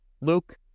Luke